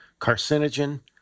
carcinogen